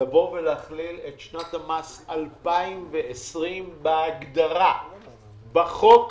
להכליל את שנת המס 2020 בהגדרה בחוק,